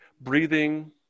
breathing